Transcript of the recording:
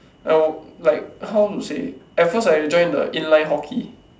like like how to say at first I join the inline hockey